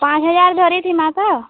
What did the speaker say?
ପାଞ୍ଚ୍ ହଜାର୍ ଧରିଥିମା ତ